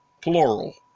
Plural